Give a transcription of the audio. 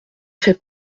fait